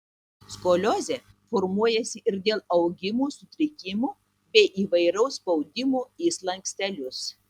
skoliozė formuojasi ir dėl augimo sutrikimų bei įvairaus spaudimo į slankstelius